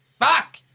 Fuck